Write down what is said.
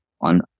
on